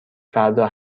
فردا